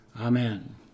Amen